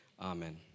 Amen